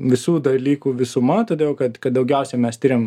visų dalykų visuma todėl kad kad daugiausiai mes tiriam